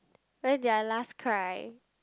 when did I last cry